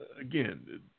Again